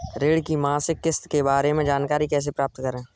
ऋण की मासिक किस्त के बारे में जानकारी कैसे प्राप्त करें?